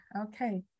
okay